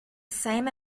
same